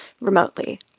remotely